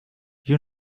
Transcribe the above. you